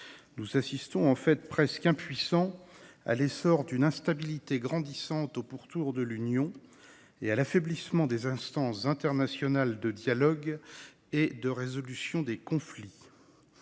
Nous assistons presque impuissants à l’essor d’une instabilité grandissante au pourtour de l’Union européenne et à l’affaiblissement des instances internationales de dialogue et de résolution des conflits.